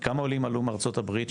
כמה עולים עלו מארצות הברית,